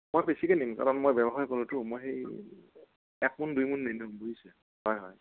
মই বেছিকৈ নিম কাৰণ মই ব্যৱসায় কৰোঁটো মই এক মোণ দুই মোণ নিনোঁ বুজিছে হয় হয়